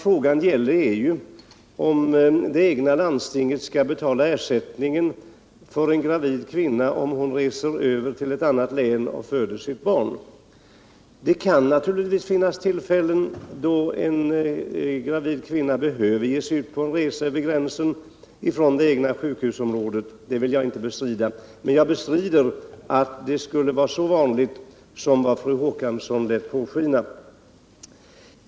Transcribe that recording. Frågan gäller om det egna landstinget skall stå för ersättningen om en gravid kvinna reser till ett annat län och där föder sitt barn. Det kan naturligtvis finnas tillfällen då en gravid kvinna måste resa över gränsen från det egna sjukhusområdet — det vill jag inte bestrida. Men jag bestrider att det skulle vara så vanligt som fru Håkansson lät påskina.